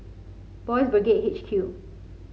Boys' Brigade H Q